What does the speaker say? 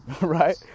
Right